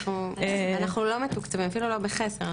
אנחנו לא מתוקצבים, אפילו לא בחסר.